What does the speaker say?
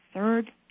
third